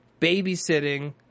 Babysitting